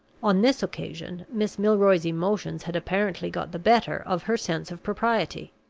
on this occasion miss milroy's emotions had apparently got the better of her sense of propriety.